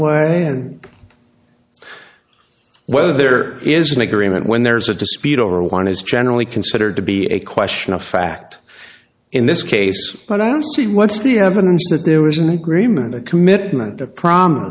and whether there is an agreement when there's a dispute over a line is generally considered to be a question of fact in this case but i don't see what's the evidence that there is an agreement a commitment a pro